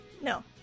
No